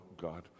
God